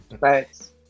Thanks